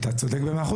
אתה צודק ב-100%.